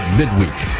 midweek